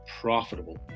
profitable